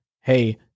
hey –